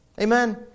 Amen